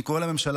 אני קורא לממשלה